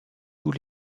tous